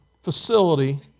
facility